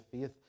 faith